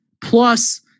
Plus